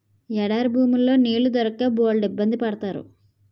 ఎడారి భూముల్లో నీళ్లు దొరక్క బోలెడిబ్బంది పడతారు